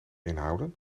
inhouden